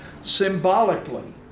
Symbolically